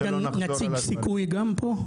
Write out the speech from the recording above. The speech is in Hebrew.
נציג סיכוי גם פה?